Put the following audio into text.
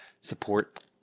support